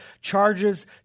charges